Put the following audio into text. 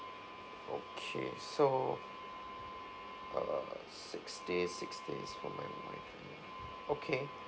okay so err six days six days for my wife and okay